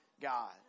God